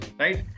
right